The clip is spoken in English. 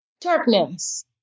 darkness